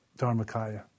Dharmakaya